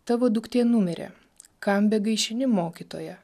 tavo duktė numirė kam begaišini mokytoją